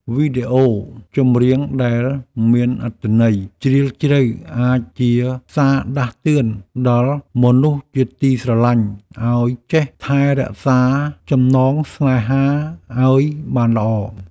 វីដេអូចម្រៀងដែលមានអត្ថន័យជ្រាលជ្រៅអាចជាសារដាស់តឿនដល់មនុស្សជាទីស្រឡាញ់ឱ្យចេះថែរក្សាចំណងស្នេហាឱ្យបានល្អ។